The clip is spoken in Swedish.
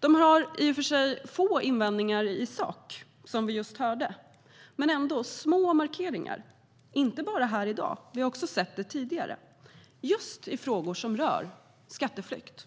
De har i och för sig få invändningar i sak, som vi just hörde. Men det är ändå små markeringar, och inte bara här i dag. Vi har också sett det tidigare, just i frågor som rör skatteflykt.